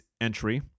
entry